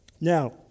Now